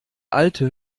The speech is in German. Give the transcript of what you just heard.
alte